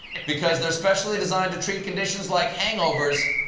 because they're specially designed to treat conditions like hangovers,